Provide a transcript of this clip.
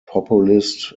populist